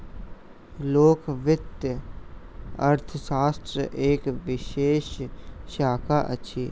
लोक वित्त अर्थशास्त्रक एक विशेष शाखा अछि